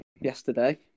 yesterday